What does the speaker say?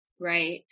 Right